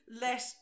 let